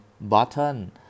button